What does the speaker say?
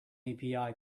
api